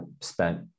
spent